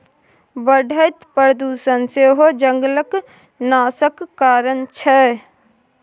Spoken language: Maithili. बढ़ैत प्रदुषण सेहो जंगलक नाशक कारण छै